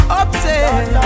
upset